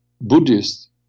Buddhist